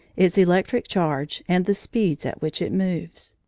its electric charge, and the speeds at which it moves.